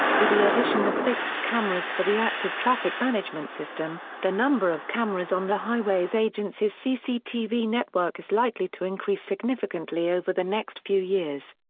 with the addition of fixed cameras for the active traffic management system, the number of cameras on the highways agency's cctv network is likely to increase significantly over the next few years.